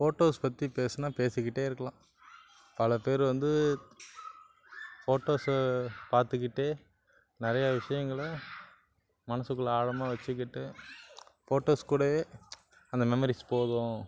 photos பற்றி பேசுனால் பேசிக்கிட்டே இருக்கலாம் பல பேர் வந்து ஃபோட்டோஸு பார்த்துக்கிட்டே நிறைய விஷயங்களை மனசுக்குள்ளே ஆழமாக வச்சிக்கிட்டு போட்டோஸ் கூடயே அந்த மெமரீஸ் போதும்